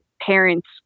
parents